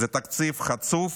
זה תקציב חצוף,